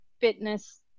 fitness